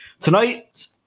Tonight